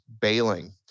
bailing